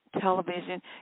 television